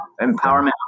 empowerment